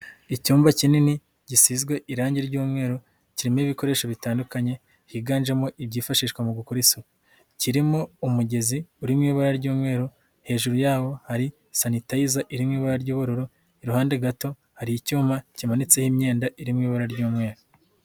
Icyumba kinini gisizwe irangi ry'umweru, kirimo ibikoresho bitandukanye higanjemo ibyifashishwa mu gukora isuku, kirimo umugezi uri mu ibara ry'umweru, hejuru yawo hari sanitayiza iri mu ibara ry'ubururu, iruhande gato hari icyuma kimanitseho imyenda iri mu ibara ry'umweru.